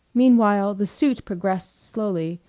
meanwhile the suit progressed slowly,